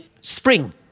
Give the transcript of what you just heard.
spring